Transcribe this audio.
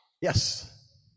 Yes